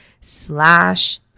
slash